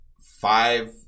five